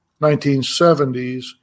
1970s